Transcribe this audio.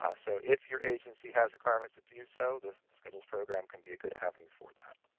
ah so if your agency has requirements to do so, the the schedules program could be a good avenue for that.